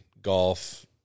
golf